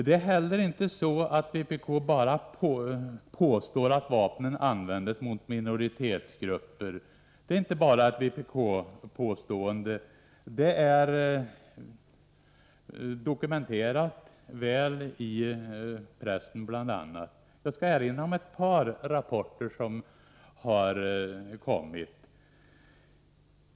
Det är heller inte sant att vpk bara påstår att dessa vapen används mot minoritetsgrupper. Det är väl dokumenterat, bl.a. i pressen. Jag skall erinra om ett par rapporter som har kommit.